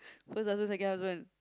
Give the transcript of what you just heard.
first husband second husband